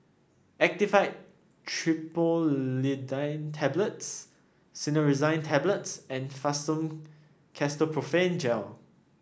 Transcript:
Actifed Triprolidine Tablets Cinnarizine Tablets and Fastum Ketoprofen Gel